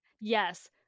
Yes